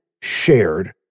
shared